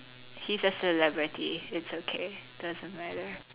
he's a celebrity it's okay doesn't matter